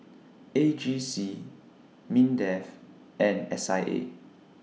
A G C Mindef and S I A